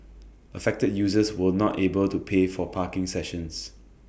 affected users were not able to pay for parking sessions